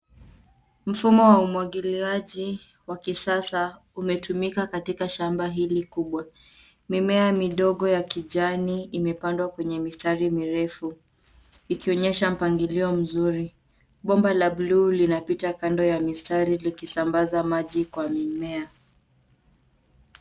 Mfumo wa umwagiliaji wa kisasa umetumika katika shamba hili kubwa. Mimea midogo ya kijani imepandwa kwenye mistari mirefu ikionyesha mpangilio mzuri. Bomba la buluu linapita kando ya mistari likisambaza maji kwa mimea.